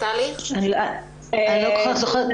אני לא זוכרת את